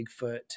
Bigfoot